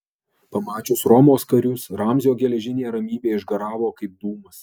pamačius romos karius ramzio geležinė ramybė išgaravo kaip dūmas